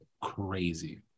crazy